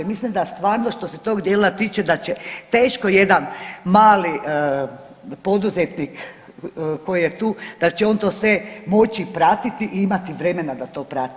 Mislim da stvarno što se tog dijela tiče da će teško jedan mali poduzetnik koji je tu da će on to sve moći pratiti i imati vremena da to prati.